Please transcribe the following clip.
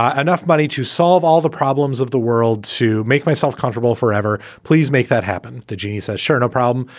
ah enough money to solve all the problems of the world to make myself comfortable forever. please make that happen. the genie says, sure, no problem.